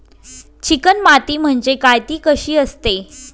Chicken माती म्हणजे काय? ति कशी असते?